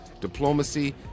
diplomacy